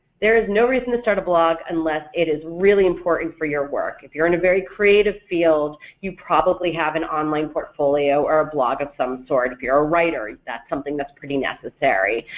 there is no reason to start a blog unless it is really important for your work if you're in a very creative field you probably have an online portfolio or a blog of some sort, if you're a writer that's something that's pretty necessary.